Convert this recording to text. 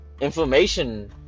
Information